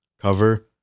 cover